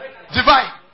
Divide